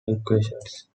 equations